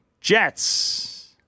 Jets